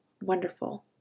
wonderful